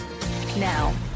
now